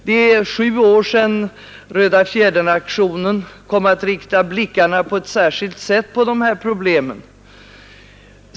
Det är sju år sedan Röda Fjädern-aktionen kom att rikta blickarna på ett särskilt sätt på dessa problem.